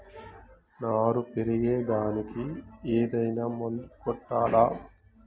నారు పెరిగే దానికి ఏదైనా మందు కొట్టాలా?